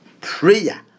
Prayer